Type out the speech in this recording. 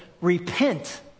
repent